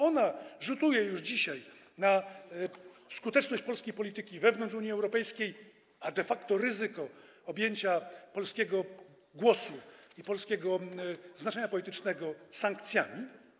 Ona rzutuje już dzisiaj na skuteczność polskiej polityki wewnątrz Unii Europejskiej, a de facto stwarza ryzyko objęcia polskiego głosu i polskiego znaczenia politycznego sankcjami.